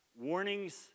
warnings